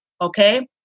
Okay